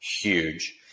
huge